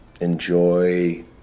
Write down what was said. Enjoy